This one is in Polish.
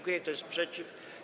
Kto jest przeciw?